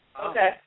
Okay